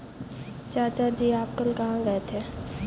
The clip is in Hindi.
चाचा जी आप कल कहां गए थे?